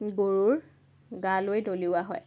গৰুৰ গালৈ দলিওৱা হয়